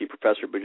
Professor